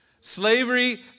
Slavery